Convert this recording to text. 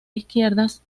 izquierdas